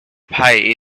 pie